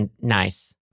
nice